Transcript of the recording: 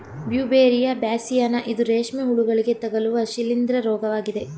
Beauveria bassiana ಇದು ರೇಷ್ಮೆ ಹುಳುಗಳಿಗೆ ತಗಲುವ ಶಿಲೀಂದ್ರ ರೋಗವಾಗಿದೆ